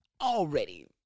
Already